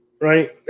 right